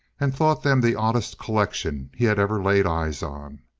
and thought them the oddest collection he had ever laid eyes on.